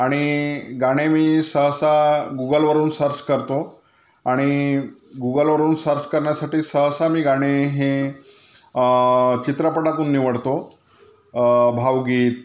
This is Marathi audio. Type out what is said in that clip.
आणि गाणे मी सहसा गुगलवरून सर्च करतो आणि गुगलवरून सर्च करण्यासाठी सहसा मी गाणे हे चित्रपटातून निवडतो भावगीत